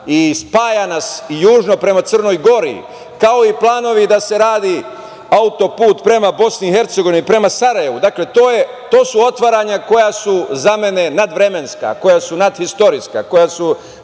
i spaja nas južno prema Crnoj Gori, kao i planovi da se radi auto-put prema BiH, prema Sarajevu. Dakle, to su otvaranja koja su za mene nadvremenska, koja su nadistorijska, koja su